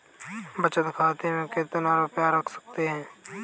बचत खाते में कितना रुपया रख सकते हैं?